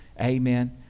amen